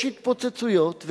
יש התפוצצויות,